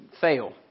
fail